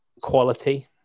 quality